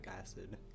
acid